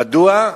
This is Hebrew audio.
מדוע?